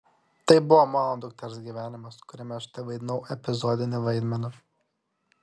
tai buvo mano dukters gyvenimas kuriame aš tevaidinau epizodinį vaidmenį